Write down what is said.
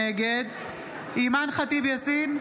נגד אימאן ח'טיב יאסין,